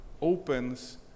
opens